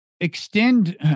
extend